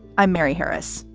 i'm mary harris.